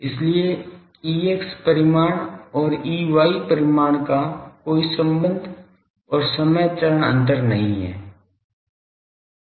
इसलिए Ex परिमाण और Ey परिमाण का कोई संबंध और समय चरण अंतर नहीं है